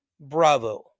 Bravo